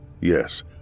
Yes